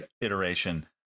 iteration